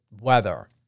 weather